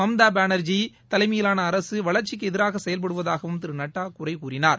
மம்தாபானா்ஜி தலைமையிலான அரசு வளா்ச்சிக்கு எதிராக செயல்படுவதாகவும் திரு நட்டா குறை கூறினார்